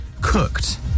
cooked